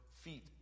feet